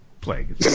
plague